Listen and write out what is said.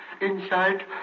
inside